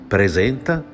Presenta